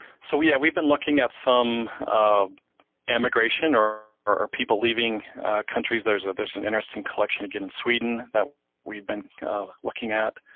so yeah, we've been looking at some um emigration or or people leaving countries. there's ah there's an interesting collection again in sweden that we've been looking at.